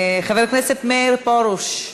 חבר הכנסת מאיר פרוש,